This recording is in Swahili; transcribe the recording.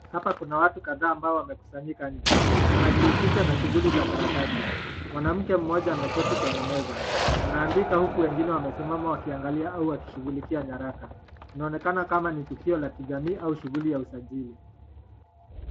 Hapa kuna watu kadhaa ambao wamekusanyika nje. Wanajihusisha na shughuli za karatasi. Mwanamke mmoja ameketi kwenye meza. Anaandika huku wengine wamesimama wakiangalia au wakishughulikia nyaraka. Inaonekana kama ni tukio la kijamii au shughuli ya usajili.